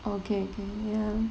orh okay okay ya